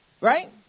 Right